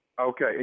Okay